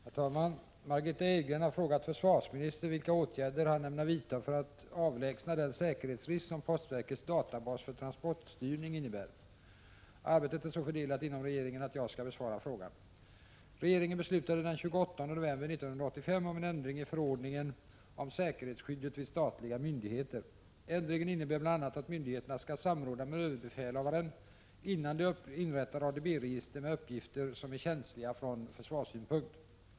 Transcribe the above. Herr talman! Margitta Edgren har frågat försvarsministern vilka åtgärder han ämnar vidta för att avlägsna den säkerhetsrisk som postverkets databas för transportstyrning innebär. Arbetet är så fördelat inom regeringen att jag skall besvara frågan. Regeringen beslutade den 28 november 1985 om en ändring i förordningen om säkerhetsskyddet vid statliga myndigheter. Ändringen innebär bl.a. att myndigheterna skall samråda med överbefälhavaren innan de inrättar ADB-register med uppgifter som är känsliga från försvarssynpunkt.